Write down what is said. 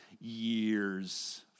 years